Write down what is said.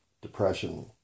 depression